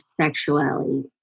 sexuality